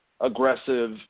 aggressive